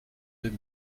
deux